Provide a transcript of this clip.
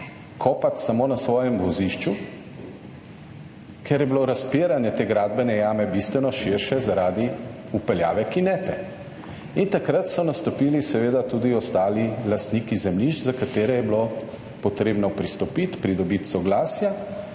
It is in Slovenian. kopati samo na svojem vozišču, ker je bilo razpiranje te gradbene jame bistveno širše, zaradi vpeljave kinete in takrat so nastopili seveda tudi ostali lastniki zemljišč, za katere je bilo potrebno pristopiti, pridobiti soglasja.